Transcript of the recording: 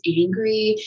angry